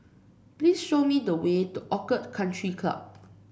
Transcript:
please show me the way to Orchid Country Club